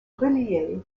relier